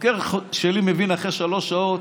חוקר שלי מבין אחרי שלוש שעות